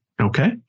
Okay